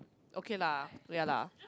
okay lah ya lah